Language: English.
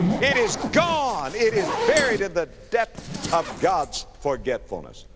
it is gone, it is, buried in the depth of god's forgetfulness.